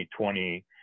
2020